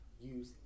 use